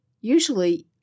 Usually